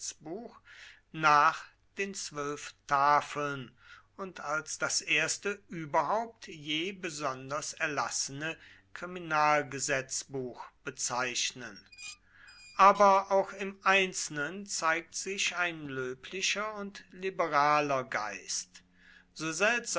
gesetzbuch nach den zwölf tafeln und als das erste überhaupt je besonders erlassene kriminalgesetzbuch bezeichnen aber auch im einzelnen zeigt sich ein löblicher und liberaler geist so seltsam